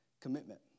Commitment